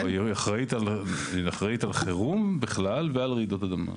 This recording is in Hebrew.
היא אחראית על חירום בכלל ועל רעידות אדמה.